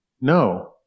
No